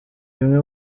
bimwe